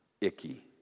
icky